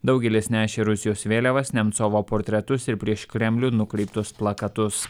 daugelis nešė rusijos vėliavas nemcovo portretus ir prieš kremlių nukreiptus plakatus